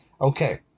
Okay